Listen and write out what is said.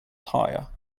tyre